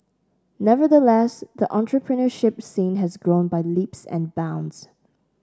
nevertheless the entrepreneurship scene has grown by leaps and bounds